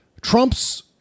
Trump's